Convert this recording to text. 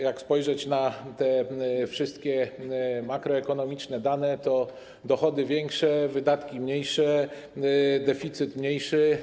Jak spojrzeć na te wszystkie makroekonomiczne dane, to dochody są większe, wydatki - mniejsze, deficyt jest mniejszy.